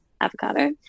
avocado